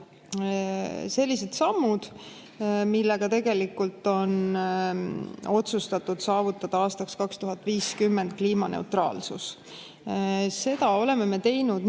astutud sammud, millega tegelikult on otsustatud saavutada aastaks 2050 kliimaneutraalsus. Oleme seda teinud